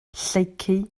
lleucu